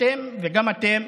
אתם וגם אתם